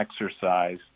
exercise